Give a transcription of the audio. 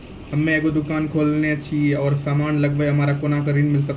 हम्मे एगो दुकान खोलने छी और समान लगैबै हमरा कोना के ऋण मिल सकत?